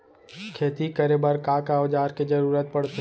खेती करे बर का का औज़ार के जरूरत पढ़थे?